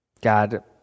God